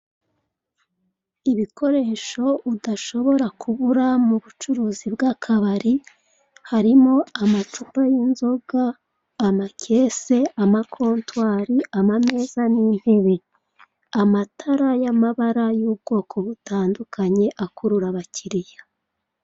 Ibikoresho udashobora kubura mu bucuruzi bw'akabari harimo: amacupa y'inzoga, amakese, ama kontwari, ama meza n'intebe, amatara y'amabara y'ubwoko butandukanye akurura abakiriya.